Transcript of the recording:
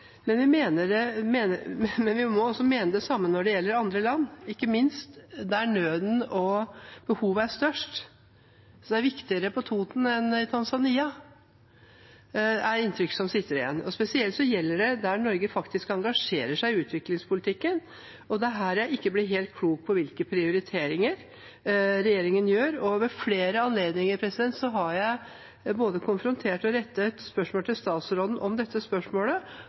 men vi må også mene det samme når det gjelder andre land, ikke minst der nøden og behovet er størst. Inntrykket som sitter igjen, er at det er viktigere på Toten enn i Tanzania. Dette gjelder spesielt der Norge faktisk engasjerer seg i utviklingspolitikken, og det er her jeg ikke blir helt klok på hvilke prioriteringer regjeringen gjør. Ved flere anledninger har jeg konfrontert statsråden med dette spørsmålet og fått til